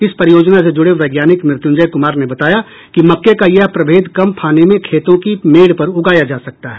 इस परियोजना से जुड़े वैज्ञानिक मृत्युंजय कुमार ने बताया कि मक्के का यह प्रभेद कम पानी में खेतों की मेड़ पर उगाया जा सकता है